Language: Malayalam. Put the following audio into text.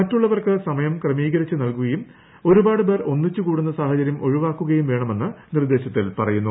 മറ്റുള്ളവർക്ക് സമയം ക്രമീകരിച്ചു നൽകുകയും ഒരുപാട് പേർ ഒന്നിച്ചു കൂടുന്ന് സാഹചര്യം ഒഴിവാക്കുകയും വേണമെന്ന് നിർദേശത്തിൽ പറയുന്നു